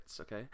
okay